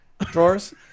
drawers